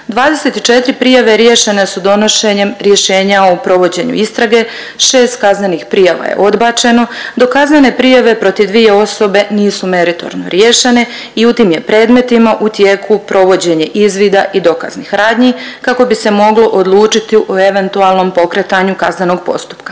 24 prijave riješene su donošenjem rješenja o provođenju istrage, 6 kaznenih prijava je odbačeno, dok kaznene prijave protiv 2 osobe nisu meritorno riješene i u tim je predmetima u tijeku provođenje izvida i dokaznih radnji kako bi se moglo odlučiti o eventualnom pokretanju kaznenog postupka.